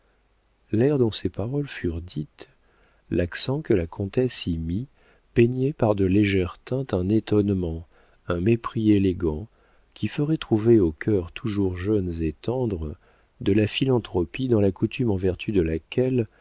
l'air dont ces paroles furent dites l'accent que la comtesse y mit peignaient par de légères teintes un étonnement un mépris élégant qui ferait trouver aux cœurs toujours jeunes et tendres de la philanthropie dans la coutume en vertu de laquelle